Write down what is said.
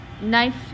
knife